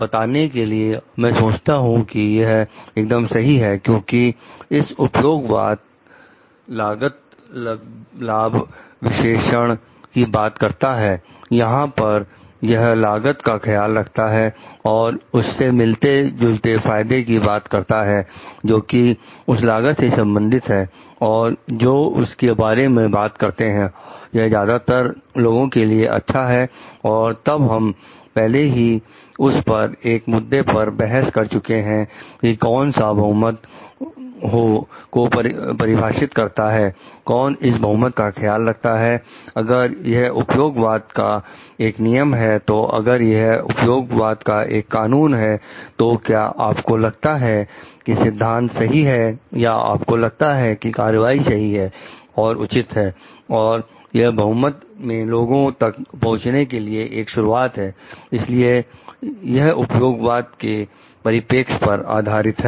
बताने के लिए मैं सोचता हूं कि यह एकदम सही है क्योंकि इस उपयोग वाद लागत लाभ विश्लेषण की बात करता है यहां पर यह लागत का ख्याल रखता है और उससे मिलते जुलते फायदे की बात करता है जो कि उस लागत से संबंधित हैं और जो उसके बारे में बात करते हैं यह ज्यादातर लोगों के लिए अच्छा है और तब हम पहले ही उस पर एक मुद्दे पर बहस कर चुके हैं कि कौन इस बहुमत को परिभाषित करता है कौन इस बहुमत का ख्याल रखता है अगर यह उपयोग बाद का एक नियम है तो अगर यह उपयोग बाद का एक कानून है तो क्या आपको लगता है कि सिद्धांत सही है या आपको लगता है कि कार्यवाही सही एवं उचित है और यह बहुमत में लोगों तक पहुंचने की एक शुरुआत है इसलिए यह उपयोग वाद के परिपेक्ष पर आधारित है